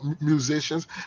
musicians